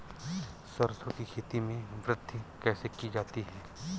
सरसो की खेती में वृद्धि कैसे की जाती है?